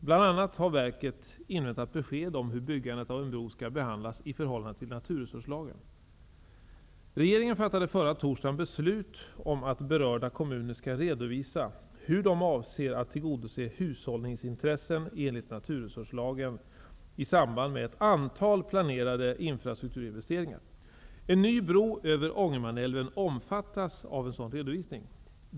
Bl.a. har verket inväntat besked om hur byggandet av en bro skall behandlas i förhållande till naturresurslagen. Regeringen fattade förra torsdagen beslut om att berörda kommuner skall redovisa hur de avser att tillgodose hushållningsintressen enligt naturresurslagen i samband med ett antal planerade infrastrukturinvesteringar. En ny bro över Ångermanälven omfattas av en sådan redovisning.